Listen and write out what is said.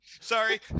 Sorry